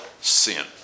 sin